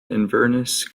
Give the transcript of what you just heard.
inverness